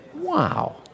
Wow